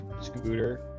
scooter